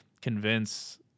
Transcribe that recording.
convince